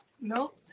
No